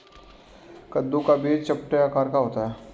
कद्दू का बीज चपटे आकार का होता है